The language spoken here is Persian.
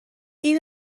این